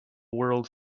world